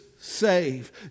save